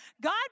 God